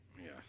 Yes